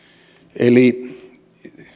eli